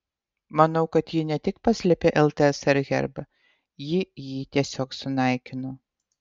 manau kad ji ne tik paslėpė ltsr herbą ji jį tiesiog sunaikino